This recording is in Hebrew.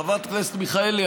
חברת הכנסת מיכאלי,